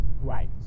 Right